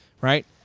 right